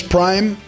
Prime